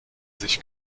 sich